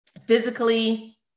physically